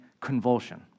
convulsion